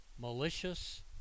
malicious